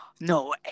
No